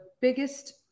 biggest